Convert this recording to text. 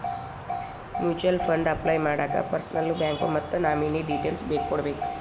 mutual fund apply ಮಾಡಾಕ ಪರ್ಸನಲ್ಲೂ bank ಮತ್ತ ನಾಮಿನೇ ಡೇಟೇಲ್ಸ್ ಕೋಡ್ಬೇಕ್